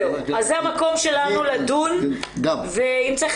זהו, אז זה המקום שלנו לדון, ואם צריך